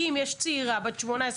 אם יש צעירה בת 18,